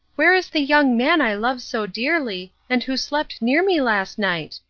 where is the young man i love so dearly, and who slept near me last night?